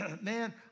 man